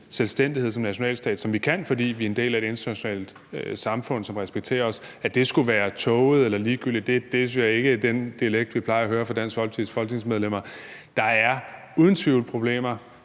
selvstændighed som nationalstat, hvilket vi kan, fordi vi er en del af et internationalt samfund, som respekterer os, skulle være tåget eller ligegyldigt. Det synes jeg ikke er den dialekt, vi plejer at høre fra Dansk Folkepartis folketingsmedlemmer. Der er uden tvivl problemer